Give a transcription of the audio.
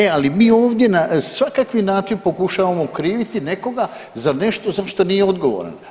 E, ali mi ovdje na svakakvi način pokušavamo okriviti nekoga za nešto za što nije odgovoran.